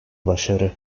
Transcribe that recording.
başarı